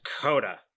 Dakota